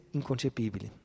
inconcepibili